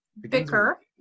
Bicker